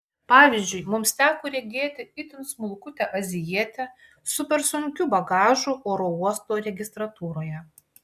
pavyzdžiui mums teko regėti itin smulkutę azijietę su per sunkiu bagažu oro uosto registratūroje